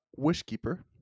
Wishkeeper